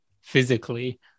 physically